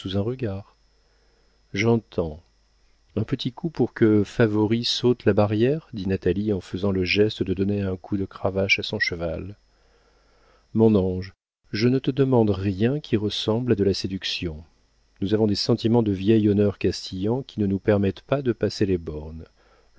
un regard j'entends un petit coup pour que favori saute la barrière dit natalie en faisant le geste de donner un coup de cravache à son cheval mon ange je ne te demande rien qui ressemble à de la séduction nous avons des sentiments de vieil honneur castillan qui ne nous permettent pas de passer les bornes